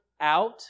out